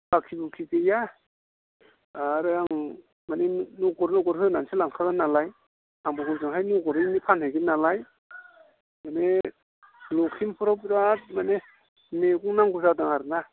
बाखि बुखि गैया आरो आं मानि नगद नगद होनानैसो लांखागोन नालाय आंबो हजोंहाय नगदैनो फानहैगोन नालाय माने लखिमपुराव बिराद माने मैगं नांगौ जादों आरो ना